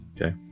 Okay